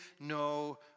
no